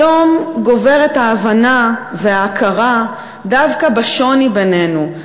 היום גוברות ההבנה וההכרה דווקא בשוני בינינו,